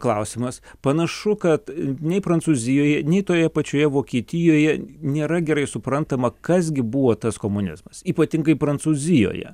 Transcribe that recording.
klausimas panašu kad nei prancūzijoje nei toje pačioje vokietijoje nėra gerai suprantama kas gi buvo tas komunizmas ypatingai prancūzijoje